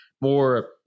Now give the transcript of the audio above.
more